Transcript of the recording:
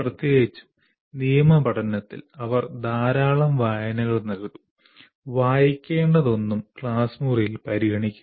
പ്രത്യേകിച്ചും നിയമ പഠനത്തിൽ അവർ ധാരാളം വായനകൾ നൽകും വായിക്കേണ്ടതൊന്നും ക്ലാസ് മുറിയിൽ പരിഗണിക്കില്ല